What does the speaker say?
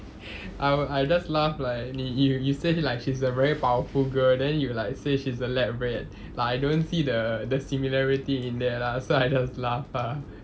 I just laugh like 你 already said like she's a very powerful girl then you like say she's a lab rat like I don't see the similarity in that lah so I just laugh lah